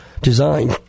design